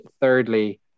thirdly